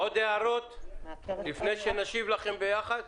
עוד הערות לפני שנשיב לכם יחד?